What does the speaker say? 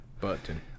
button